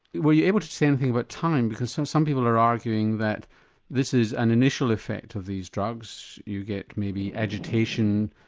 were you able to say anything about but time because some some people are arguing that this is an initial effect of these drugs, you get maybe agitation,